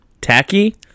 Tacky